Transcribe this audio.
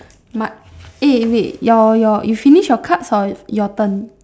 ma~ eh wait your your you finish your cards or your your turn